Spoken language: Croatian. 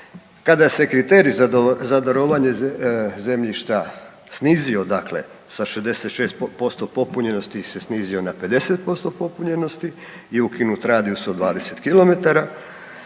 Kada se kriterij za darovanje zemljišta snizio dakle sa 66% popunjenosti se snizio na 55% popunjenosti i ukinut radijus od 20